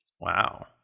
Wow